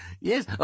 Yes